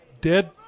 dead